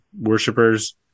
worshippers